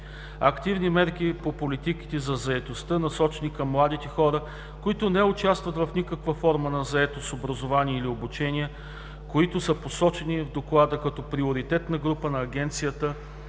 активни мерки по политиките за заетостта, насочени към младите хора, които не участват в никаква форма на заетост, образование или обучение, които са посочени в Доклада като приоритетна група на Агенцията